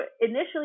initially